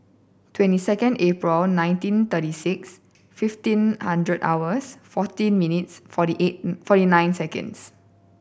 twenty second April nineteen thirty six fifteen hundred hours fourteen minutes forty eight forty nine seconds